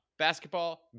Basketball